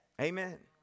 Amen